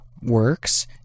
Works